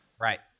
right